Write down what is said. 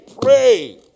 pray